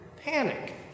panic